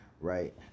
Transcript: Right